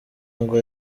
ngo